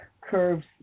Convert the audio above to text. curves